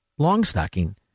longstocking